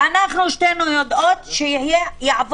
הטיפולי שאפשר לנסות לסייע להן.